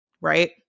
Right